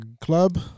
club